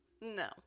No